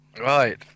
Right